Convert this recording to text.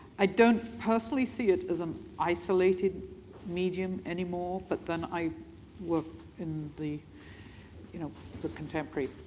i don't personally see it as an isolated medium anymore but then i work in the you know the contemporary